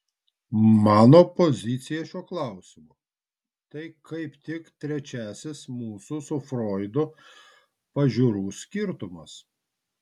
mano pozicija šiuo klausimu tai kaip tik trečiasis mūsų su froidu pažiūrų skirtumas